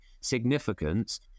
significance